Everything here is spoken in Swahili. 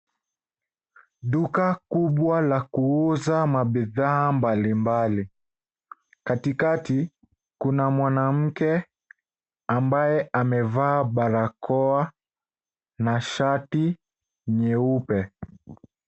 Duka kubwa la kuuza mabidhaa mbalimbali. Katikati, kuna mwanamke ambaye amevaa barakoa na shati nyeupe.